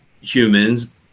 humans